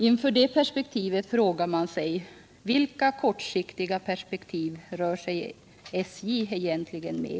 Inför det perspektivet frågar man sig: Vilka kortsiktiga perspektiv rör sig SJ egentligen med?